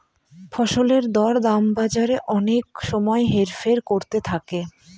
ফসলের দর দাম বাজারে অনেক সময় হেরফের করতে থাকে